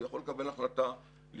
הוא יכול לקבל החלטה לפעול.